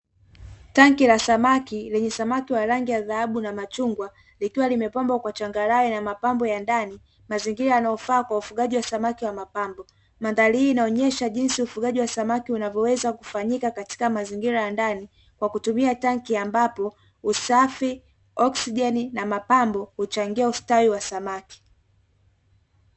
Tenki la samaki lenye samaki wa rangi ya dhahabu na machungwa, ikiwa limepambwa kwa changarawe na mapambo ya ndani mazingira yanayofaa kwa ufugaji wa samaki wa mapambo, mandhari hii inaonyesha jinsi ufugaji wa samaki unavyoweza kufanyika katika mazingira ya ndani kwa kutumia tenki ambapo usafi, "oxygen", na mapambo kuchangia ustawi wa samaki.